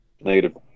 negative